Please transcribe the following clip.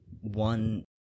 one